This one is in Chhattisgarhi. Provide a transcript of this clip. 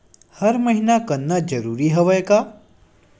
हर महीना करना जरूरी हवय का?